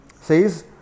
says